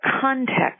context